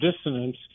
dissonance